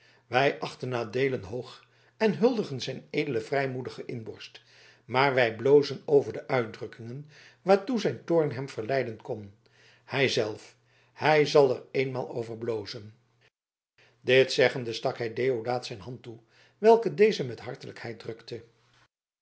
wij achten adeelen hoog en huldigen zijn edele vrijmoedige inborst maar wij blozen over de uitdrukkingen waartoe zijn toorn hem verleiden kon hij zelf hij zal er eenmaal over blozen dit zeggende stak hij deodaat zijn hand toe welke deze met hartelijkheid drukte